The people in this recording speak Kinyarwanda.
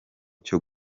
cyo